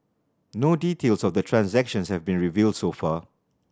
no details of the transaction have been revealed so far